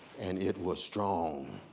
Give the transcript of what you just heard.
and it was strong,